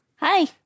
Hi